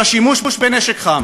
של השימוש בנשק חם.